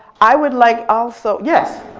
i would like also yes?